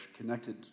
connected